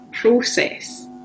process